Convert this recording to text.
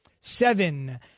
seven